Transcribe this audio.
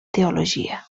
teologia